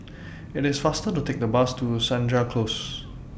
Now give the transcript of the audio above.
IT IS faster to Take The Bus to Senja Close